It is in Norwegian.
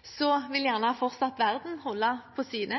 vil gjerne andre deler av verden fortsatt holde på sine.